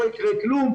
לא יקרה כלום.